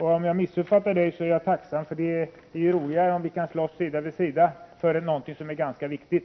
Har jag missuppfattat Åsa Domeij är jag bara tacksam — det är ju roligare om vi kan slåss sida vid sida för någonting som är ganska viktigt.